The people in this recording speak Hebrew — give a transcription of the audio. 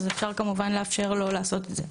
אז אפשר כמובן לאפשר לו לעשות את זה.